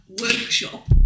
workshop